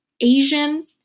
Asian